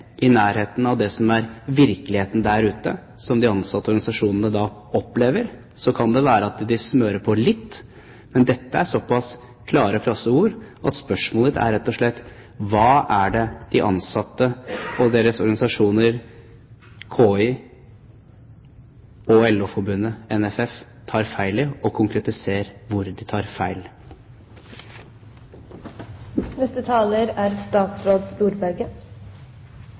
i nærheten av det som er virkeligheten der ute, som de ansattes organisasjoner opplever. Så kan det være at de smører på litt, men dette er så pass klare og krasse ord at spørsmålet er rett og slett: Hva er det de ansatte og deres organisasjoner KY og LO-forbundet NFF tar feil i? Og konkretiser hvor de tar